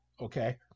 okay